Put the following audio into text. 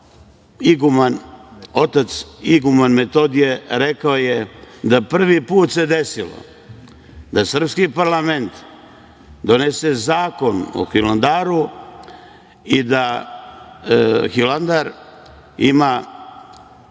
i tamo otac iguman Metodije rekao je da prvi put se desilo da srpski parlament donese Zakon o Hilandaru i da Hilandar ima